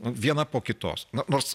vieną po kitos na nors